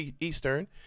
Eastern